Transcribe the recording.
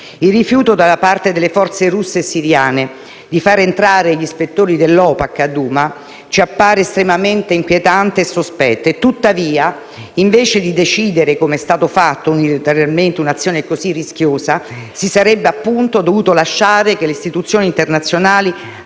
Il rifiuto da parte delle forze russe e siriane di far entrare gli ispettori dell'OPAC a Douma ci appare estremamente inquietante e sospetto, e tuttavia, invece di decidere, come è stato fatto, unilateralmente, un'azione così rischiosa, si sarebbe appunto dovuto lasciare che le istituzioni internazionali